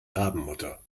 rabenmutter